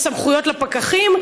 בסמכויות לפקחים,